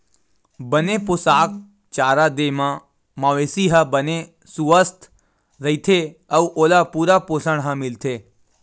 बने पोसक चारा दे म मवेशी ह बने सुवस्थ रहिथे अउ ओला पूरा पोसण ह मिलथे